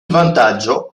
vantaggio